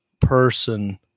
person